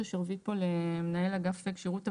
השרביט פה למנהל אגף כשירות אווירית,